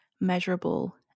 measurable